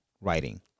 writing